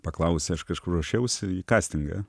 paklausė aš kažkur ruošiausi į kastingą